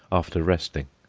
after resting.